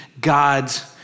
God's